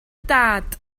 dad